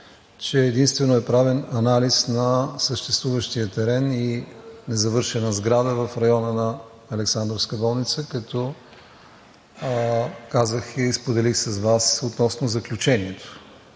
че единствено е правен анализ на съществуващия терен и незавършена сграда в района на Александровска болница, като казах и споделих с Вас относно заключението,